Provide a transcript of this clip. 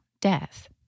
death